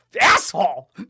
asshole